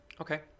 Okay